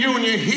Union